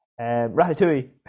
Ratatouille